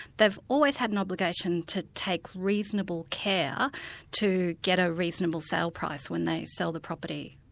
they've always had an obligation to take reasonable care to get a reasonable sale price when they sell the property,